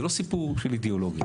זה לא סיפור של אידיאולוגיה.